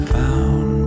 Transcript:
found